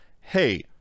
hey